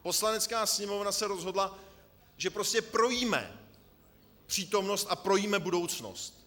Poslanecká sněmovna se rozhodla, že prostě projíme přítomnost a projíme budoucnost.